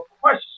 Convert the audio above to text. question